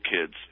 Kids